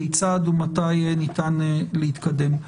כיצד ומתי ניתן להתקדם.